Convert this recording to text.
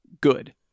good